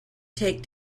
take